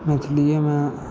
मैथिलीयेमे